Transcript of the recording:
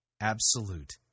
Absolute